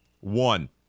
One